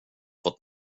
fått